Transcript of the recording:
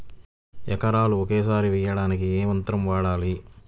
ఎకరాలు ఒకేసారి వేయడానికి ఏ యంత్రం వాడాలి?